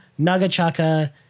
Nagachaka